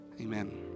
amen